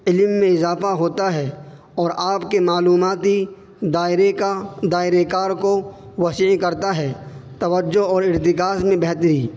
علم میں اضافہ ہوتا ہے اور آپ کے معلوماتی دائرے کا دائرۂ کار کو وسیع کرتا ہے توجہ اور اترتکاذ میں بہتری